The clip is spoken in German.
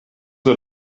ein